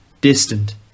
distant